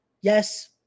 yes